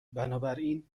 بنابراین